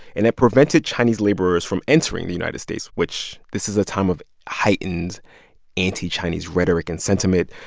and that prevented chinese laborers from entering the united states, which this is a time of heightened anti-chinese rhetoric and sentiment.